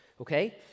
okay